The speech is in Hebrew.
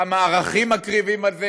כמה ערכים מקריבים על זה,